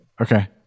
Okay